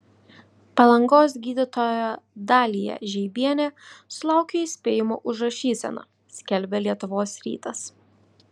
palangos gydytoja dalija žeibienė sulaukė įspėjimo už rašyseną skelbia lietuvos rytas